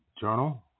journal